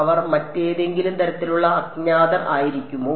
അവർ മറ്റേതെങ്കിലും തരത്തിലുള്ള അജ്ഞാതർ ആയിരിക്കുമോ